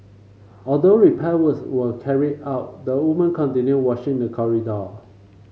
although repair works were carried out the woman continued washing the corridor